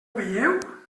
veieu